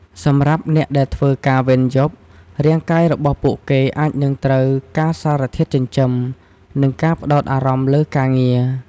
សម្រាប់អ្នកដែលធ្វើការវេនយប់ រាងកាយរបស់ពួកគេអាចនឹងត្រូវការសារធាតុចិញ្ចឹម និងការផ្តោតអារម្មណ៍លើការងារ។